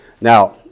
Now